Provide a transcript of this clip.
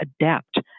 adapt